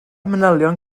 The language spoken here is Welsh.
manylion